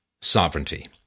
sovereignty